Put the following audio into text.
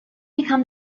become